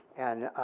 and